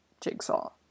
jigsaw